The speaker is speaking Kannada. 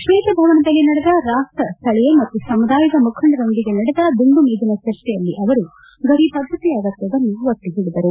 ಶ್ವೇತಭವನದಲ್ಲಿ ನಡೆದ ರಾಷ್ಟ ಸ್ಥಳೀಯ ಮತ್ತು ಸಮುದಾಯದ ಮುಖಂಡರೊಂದಿಗೆ ನಡೆದ ದುಂಡು ಮೇಜನ ಚರ್ಚೆಯಲ್ಲಿ ಅವರು ಗಡಿಭದ್ರತೆ ಅಗತ್ಯವನ್ನು ಒತ್ತಿ ಹೇಳಿದರು